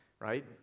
right